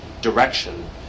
direction